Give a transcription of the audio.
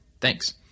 Thanks